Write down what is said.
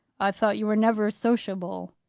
i thought you were never sociable,